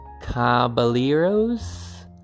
Caballeros